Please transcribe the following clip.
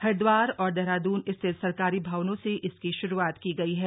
हरिद्वार और देहरादून स्थित सरकारी भवनों से इसकी शुरूआत की गई हैं